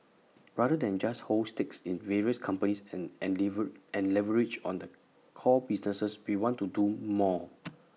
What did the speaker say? rather than just hold stakes in various companies and and leave and leverage on the core businesses we want to do more